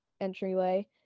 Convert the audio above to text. entryway